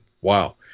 Wow